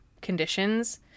conditions